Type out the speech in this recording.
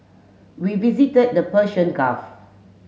we visited the Persian Gulf